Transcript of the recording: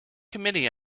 committee